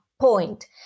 point